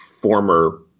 former